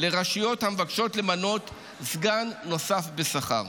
לרשויות המבקשות למנות סגן נוסף בשכר.